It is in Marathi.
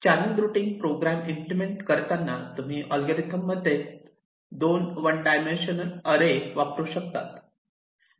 चॅनल रुटींग प्रोग्रॅम इम्प्लिमेंट करताना तुम्ही अल्गोरिदम मध्ये 2 वन डायमेन्शनल अरे वापरू शकतात